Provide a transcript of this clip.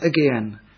again